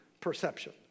perception